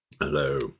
Hello